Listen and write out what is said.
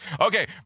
Okay